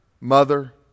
mother